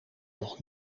nog